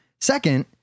Second